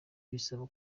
bisaba